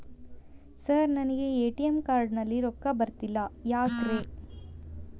Sir ನನಗೆ ATM card ನಲ್ಲಿ ರೊಕ್ಕ ಬರತಿಲ್ಲ ಯಾಕ್ರೇ?